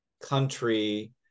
country